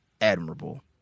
admirable